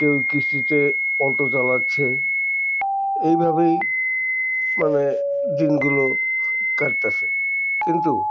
কেউ কিস্তিতে অটো চালাচ্ছে এইভাবেই মানে দিনগুলো কাটছে কিন্তু